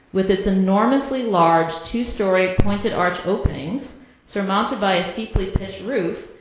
with its enormously large two-story pointed arch openings surmounted by a steeply pitched roof,